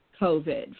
COVID